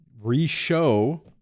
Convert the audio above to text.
re-show